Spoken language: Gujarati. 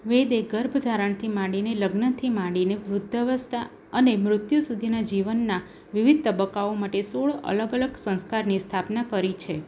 વેદે ગર્ભધારણથી માંડીને લગ્નથી માંડીને વૃદ્ધાવસ્થા અને મૃત્યુ સુધીના જીવનના વિવિધ તબક્કાઓ માટે સોળ અલગ અલગ સંસ્કારની સ્થાપના કરી છે